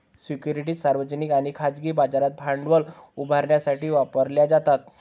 securities सार्वजनिक आणि खाजगी बाजारात भांडवल उभारण्यासाठी वापरल्या जातात